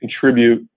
contribute